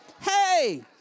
Hey